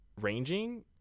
ranging